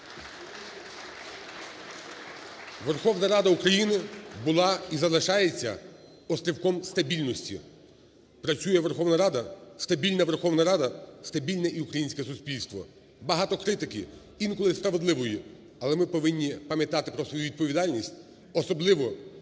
Верховна Рада України була і залишається острівком стабільності. Працює Верховна Рада, стабільна Верховна Рада - стабільне і українське суспільство. Багато критики, інколи справедливої, але ми повинні пам'ятати про свою відповідальність, особливо